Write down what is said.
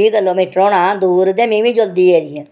बीह् किलोमीटर दूर ते में बी जुल्लदी गेई दी आं